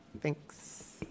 Thanks